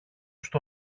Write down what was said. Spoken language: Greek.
στο